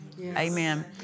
Amen